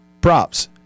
Props